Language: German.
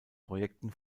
projekten